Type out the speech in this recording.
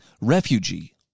refugee